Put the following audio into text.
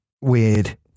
weird